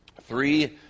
three